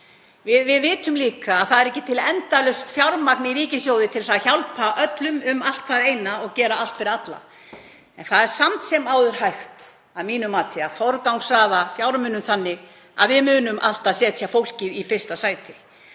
Við vitum líka að það er ekki til endalaust fjármagn í ríkissjóði til að hjálpa öllum um allt hvað eina og gera allt fyrir alla. En það er samt sem áður hægt að mínu mati að forgangsraða fjármunum þannig að við munum alltaf setja fólkið í fyrsta sæti.